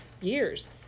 years